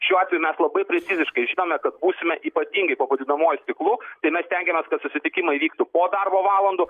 šiuo atveju mes labai preciziškai žinome kad būsime ypatingai po padidinamuoju stiklu tai mes stengiamės kad susitikimai vyktų po darbo valandų